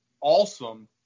awesome